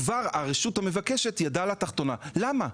הרשות המבקשת כבר ידה על התחתונה, למה?